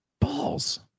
balls